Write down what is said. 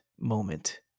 moment